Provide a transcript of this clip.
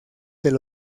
del